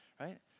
right